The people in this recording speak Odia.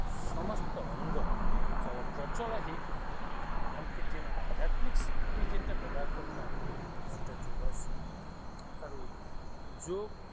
ସମସ୍ତ ଅଙ୍ଗ ଚଳପ୍ରଚଳ ହେଇକିରି ଆମ୍କେ ଯେନ୍ ଆଧ୍ୟାତ୍ମିକ୍ ଶକ୍ତି ଯେନ୍ଟା ଦେବାର୍ କଥା ସେଟା ଯୋଗାସି ଆରୁ ଯୋଗ୍